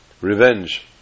revenge